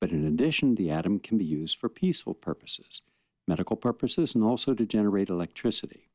but in addition the atom can be used for peaceful purposes medical purposes nor so to generate electricity